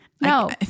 No